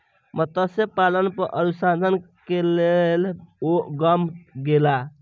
मत्स्य पालन पर अनुसंधान के लेल ओ गाम गेला